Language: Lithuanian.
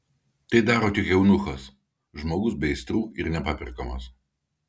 tai daro tik eunuchas žmogus be aistrų ir nepaperkamas